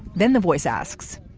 then the voice asks,